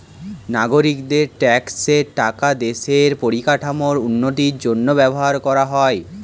নাগরিকদের ট্যাক্সের টাকা দেশের পরিকাঠামোর উন্নতির জন্য ব্যবহার করা হয়